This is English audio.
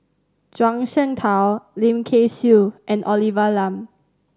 Zhuang Shengtao Lim Kay Siu and Olivia Lum